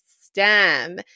STEM